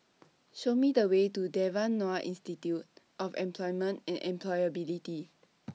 Show Me The Way to Devan Nair Institute of Employment and Employability